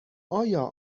آیا